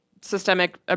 systemic